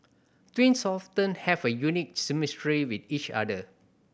twins often have a unique chemistry with each other